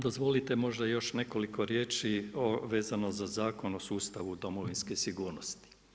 Dozvolite možda još nekoliko riječi vezano za Zakon o sustavu domovinske sigurnosti.